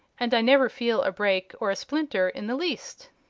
and i never feel a break or a splinter in the least.